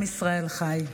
עם ישראל חי.